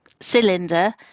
cylinder